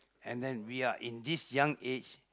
and then we are in this young age